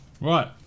Right